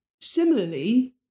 similarly